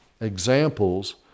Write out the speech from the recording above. examples